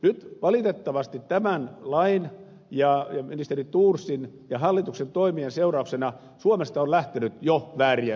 nyt valitettavasti tämän lain ja ministeri thorsin ja hallituksen toimien seurauksena suomesta on lähtenyt jo vääriä signaaleja maailmalle